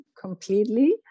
completely